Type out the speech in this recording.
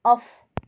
off